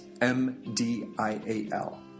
M-D-I-A-L